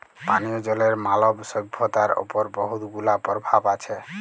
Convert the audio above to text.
পানীয় জলের মালব সইভ্যতার উপর বহুত গুলা পরভাব আছে